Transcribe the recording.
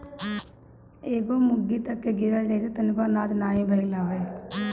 एगो बुन्नी तक ना गिरल जेसे तनिको आनाज नाही भइल हवे